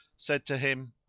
said to him,